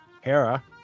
Hera